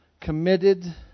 committed